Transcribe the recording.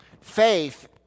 Faith